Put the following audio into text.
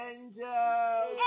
Angels